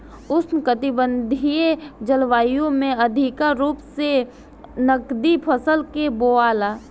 उष्णकटिबंधीय जलवायु में अधिका रूप से नकदी फसल के बोआला